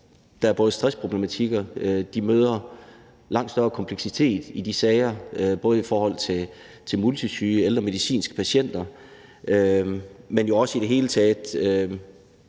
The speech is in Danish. der er stressproblematikker; de møder langt større kompleksitet i de sager i forhold til både multisyge og ældre medicinske patienter, men også i det hele taget